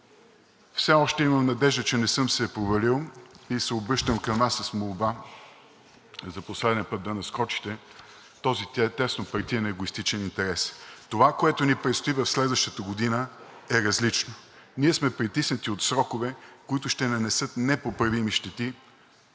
Все още имам надежда, че не съм се провалил и се обръщам към Вас с молба за последен път да надскочите този тяснопартиен егоистичен интерес. Това, което ни предстои в следващата година, е различно. Ние сме притиснати от срокове, които ще нанесат непоправими щети